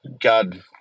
God